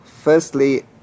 Firstly